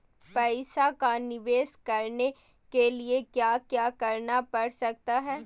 पैसा का निवेस करने के लिए क्या क्या करना पड़ सकता है?